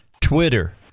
Twitter